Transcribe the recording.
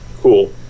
cool